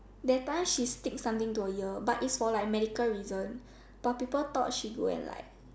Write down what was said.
that time she stick something to her ear but is for like medical reason but people thought she go and like